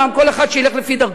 כל אחד שילך לפי דרכו.